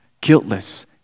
guiltless